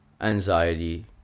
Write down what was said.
anxiety